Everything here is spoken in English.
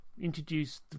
introduce